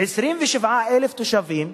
27,000 תושבים,